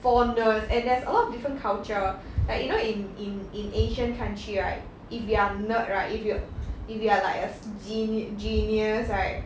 four nerds and there's a lot of different culture like you know in in in asian country right if you are nerd right if you if you are like a geni~ genious right